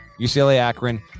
UCLA-Akron